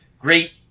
great